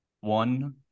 one